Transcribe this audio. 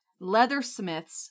leathersmiths